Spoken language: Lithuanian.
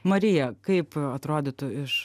marija kaip atrodytų iš